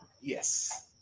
Yes